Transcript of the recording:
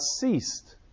ceased